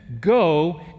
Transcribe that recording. go